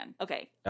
okay